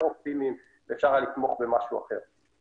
אופטימיים ואפשר היה לתמוך במשהו אחר.